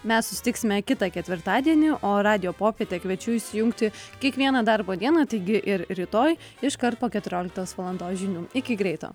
mes susitiksime kitą ketvirtadienį o radijo popietę kviečiu įsijungti kiekvieną darbo dieną taigi ir rytoj iškart po keturioliktos valandos žinių iki greito